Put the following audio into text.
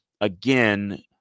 again